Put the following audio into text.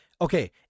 okay